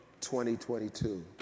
2022